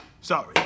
Sorry